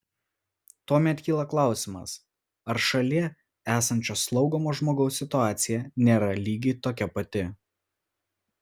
tuomet kyla klausimas ar šalie esančio slaugomo žmogaus situacija nėra lygiai tokia pati